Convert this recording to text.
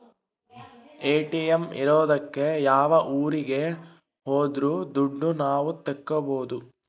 ATM ಇರೋದಕ್ಕೆ ಯಾವ ಊರಿಗೆ ಹೋದ್ರು ದುಡ್ಡು ನಾವ್ ತಕ್ಕೊಬೋದು